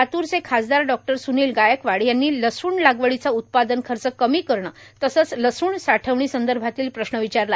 लातूरचे खासदार डॉ सुनील गायकवाड यांनी लसूण लागवडीचा उत्पादन खर्च कमी करणं तसंच लसृण साठवणीसंदर्भातला प्रश्न विचारला